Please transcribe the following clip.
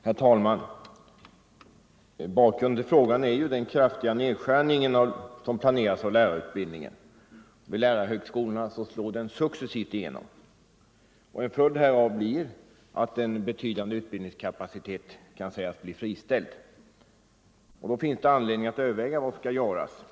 Herr talman! Bakgrunden till frågan är den planerade kraftiga ned Torsdagen den skärningen av lärarutbildningen. Den kommer successivt att slå igenom 21 november 1974 vid lärarhögskolorna. En följd härav blir att en betydande utbildningskapacitet kan sägas bli friställd. Då finns anledning att överväga vad Ang. förslag om som skall göras.